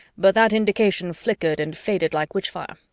but that indication flickered and faded like witchfire.